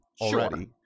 already